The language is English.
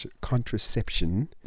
Contraception